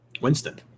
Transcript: Winston